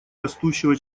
растущего